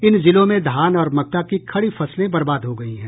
इन जिलों में धान और मक्का की खड़ी फसलें बर्बाद हो गई हैं